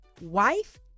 wife